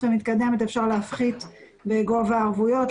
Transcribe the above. ומתקדמת אפשר להפחית בגובה הערבויות,